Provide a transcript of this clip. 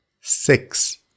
six